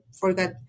forgot